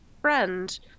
friend